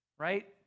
Right